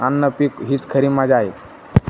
अन्न पीक हीच खरी मजा आहे